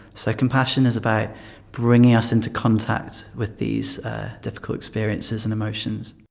so compassion is about bringing us into contact with these difficult experiences and emotions.